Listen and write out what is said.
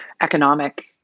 economic